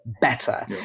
better